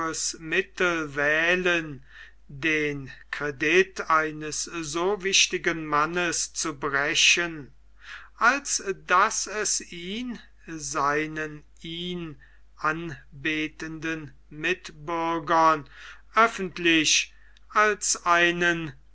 wählen den credit eines so wichtigen mannes zu brechen als daß es ihn seinen ihn anbetenden mitbürgern öffentlich als einen